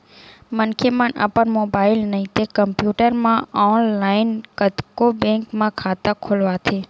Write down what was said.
मनखे मन अपन मोबाईल नइते कम्प्यूटर म ऑनलाईन कतको बेंक म खाता खोलवाथे